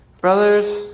Brothers